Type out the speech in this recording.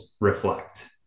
reflect